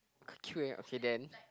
cute eh okay then